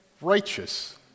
righteous